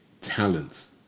talents